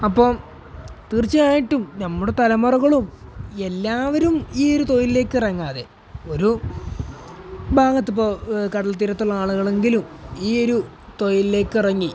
അപ്പം തീർച്ചയായിട്ടും നമ്മുടെ തലമുറകളും എല്ലാവരും ഈ ഒരു തൊഴിലിലേക്കിറങ്ങാതെ ഒരു ഭാഗത്ത് ഇപ്പോള് കടൽതീരത്തുള്ള ആളുകളെങ്കിലും ഈയൊരു തൊഴിലിലേക്കിറങ്ങി